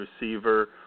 receiver